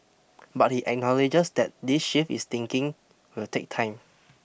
but he acknowledges that this shift is thinking will take time